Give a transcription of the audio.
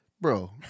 Bro